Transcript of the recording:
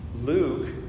Luke